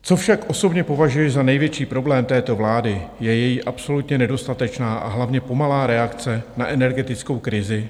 Co však osobně považuji za největší problém této vlády, je její absolutně nedostatečná a hlavně pomalá reakce na energetickou krizi.